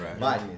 right